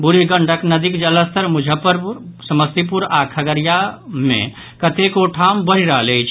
बूढ़ी गंडक नदीक जलस्तर मुजफ्फरपुर समस्तीपुर आओर खगड़िया जिला मे कतेको ठाम बढ़ि रहल अछि